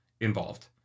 involved